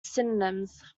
synonyms